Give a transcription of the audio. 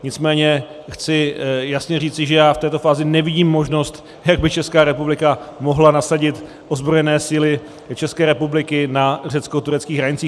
Nicméně chci jasně říci, že já v této fázi nevidím možnost, jak by Česká republika mohla nasadit ozbrojené síly České republiky na řeckoturecké hranici.